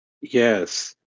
Yes